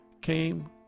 came